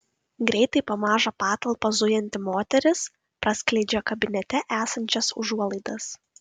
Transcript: greitai po mažą patalpą zujanti moteris praskleidžia kabinete esančias užuolaidas